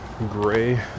Gray